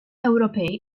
ewropej